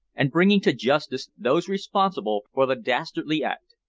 and bringing to justice those responsible for the dastardly act.